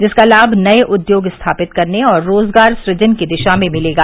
जिसका लाम नए उद्योग स्थापित करने और रोजगार सृजन की दिशा में मिलेगा